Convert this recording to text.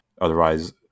Otherwise